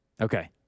Okay